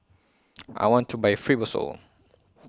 I want to Buy Fibrosol